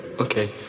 Okay